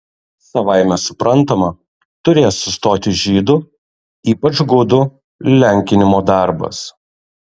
savaime suprantama turės sustoti žydų ypač gudų lenkinimo darbas